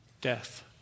Death